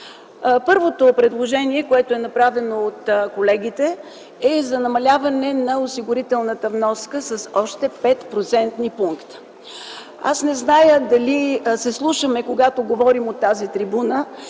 Първото предложение, което е направено от колегите, е за намаляване на осигурителната вноска с още 5-процентни пункта. Не знам дали се слушаме, когато говорим от тази трибуна